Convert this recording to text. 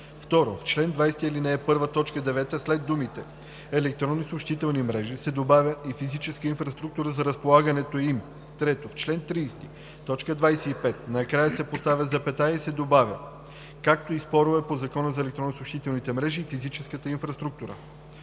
й“. 2. В чл. 20, ал. 1, т. 9 след думите „електронни съобщителни мрежи“ се добавя „и физическа инфраструктура за разполагането им“. 3. В чл. 30, т. 25 накрая се поставя запетая и се добавя „както и спорове по Закона за електронните съобщителни мрежи и физическа инфраструктура“.